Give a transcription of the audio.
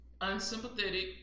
unsympathetic